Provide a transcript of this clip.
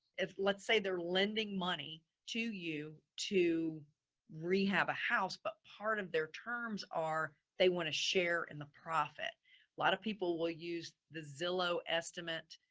if, let's say they're lending money to you, to rehab a house, but part of their terms are they want to share in the profit. a lot of people will use the zillow estimate